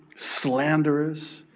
slanderous,